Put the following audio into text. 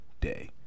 day